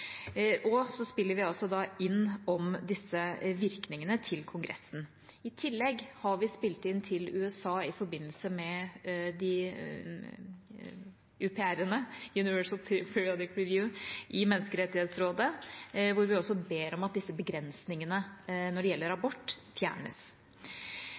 Vi kommer da også med innspill om disse virkningene til Kongressen. I tillegg har vi kommet med innspill til USA i forbindelse med UPR-ene – Universal Periodic Review – i Menneskerettighetsrådet, hvor vi også ber om at disse begrensningene når det gjelder